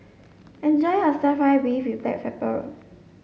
enjoy your stir fry beef with black pepper